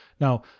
Now